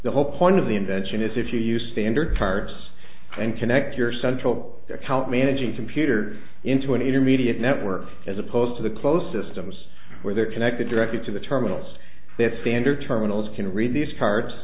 the whole point of the invention is if you use standard cards and connect your central account managing computer into an intermediate network as opposed to the closed systems where they are connected directly to the terminals that standard terminals can read these cards